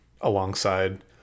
alongside